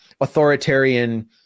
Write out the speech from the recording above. authoritarian